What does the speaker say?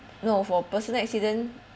no for personal accident